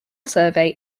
survey